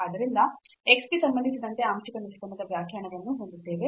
ಆದ್ದರಿಂದ x ಗೆ ಸಂಬಂಧಿಸಿದಂತೆ ಆಂಶಿಕ ನಿಷ್ಪನ್ನದ ವ್ಯಾಖ್ಯಾನವನ್ನು ಹೊಂದಿದ್ದೇವೆ